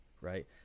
right